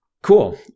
Cool